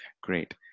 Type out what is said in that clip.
Great